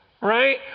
right